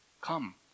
Come